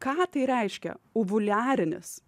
ką tai reiškia uvuliarinis